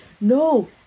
No